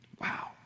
Wow